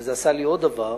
אבל זה עשה לי עוד דבר,